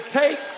take